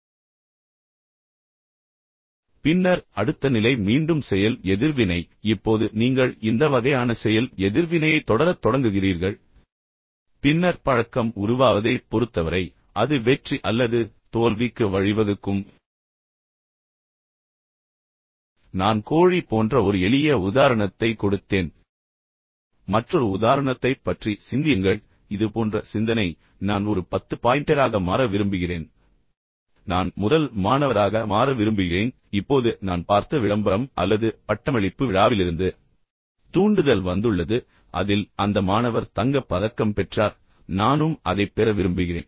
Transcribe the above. பின்னர் அடுத்த நிலை மீண்டும் செயல் எதிர்வினை இப்போது நீங்கள் இந்த வகையான செயல் எதிர்வினையைத் தொடரத் தொடங்குகிறீர்கள் பின்னர் பழக்கம் உருவாவதைப் பொறுத்தவரை அது வெற்றி அல்லது தோல்விக்கு வழிவகுக்கும் இப்போது நான் கோழி போன்ற ஒரு எளிய உதாரணத்தை கொடுத்தேன் ஆனால் மற்றொரு உதாரணத்தைப் பற்றி சிந்தியுங்கள் இது போன்ற சிந்தனை நான் ஒரு பத்து பாய்ன்டெராக மாற விரும்புகிறேன் நான் முதல் மாணவராக முதலிட மாணவராக மாற விரும்புகிறேன் இப்போது நான் பார்த்த விளம்பரம் அல்லது பட்டமளிப்பு விழாவிலிருந்து தூண்டுதல் வந்துள்ளது அதில் அந்த மாணவர் தங்கப் பதக்கம் பெற்றார் நானும் அதைப் பெற விரும்புகிறேன்